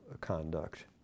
conduct